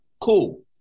Cool